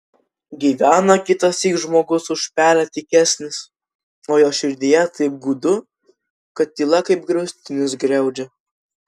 gyvena kitąsyk žmogus už pelę tykesnis o jo širdyje taip gūdu kad tyla kaip griaustinis griaudžia